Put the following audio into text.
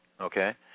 okay